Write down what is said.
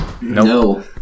no